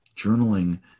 Journaling